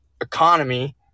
economy